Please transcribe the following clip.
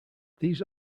these